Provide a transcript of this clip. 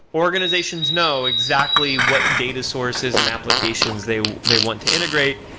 organizations know exactly what data sources and applications they they want to integrate.